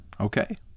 okay